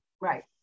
right